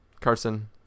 Carson